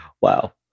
wow